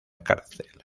cárcel